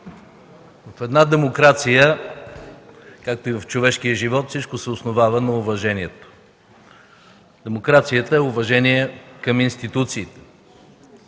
В демокрацията, както и в човешкия живот, всичко се основава на уважението. Демокрацията е уважение към институциите.